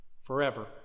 forever